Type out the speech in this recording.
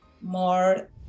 more